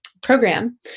program